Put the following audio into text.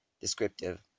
descriptive